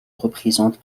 représente